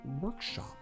workshop